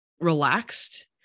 relaxed